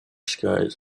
ski